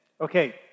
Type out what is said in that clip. Okay